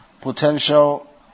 potential